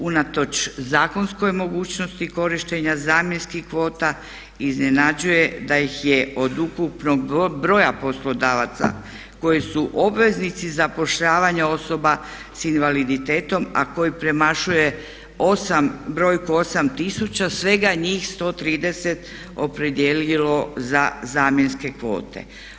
Unatoč zakonskoj mogućnosti korištenja zamjenskih kvota iznenađuje da ih je od ukupnog broja poslodavaca koji su obveznici zapošljavanja osoba s invaliditetom, a koji premašuje brojku 8000 svega njih 130 opredijelilo za zamjenske kvote.